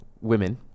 women